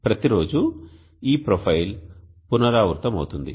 ప్రతిరోజూ ఈ ప్రొఫైల్ పునరావృతమవుతుంది